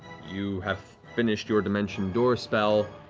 you have finished your dimension door spell.